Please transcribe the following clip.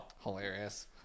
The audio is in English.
Hilarious